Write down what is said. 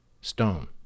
stone